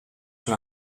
sur